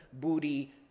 Booty